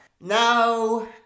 No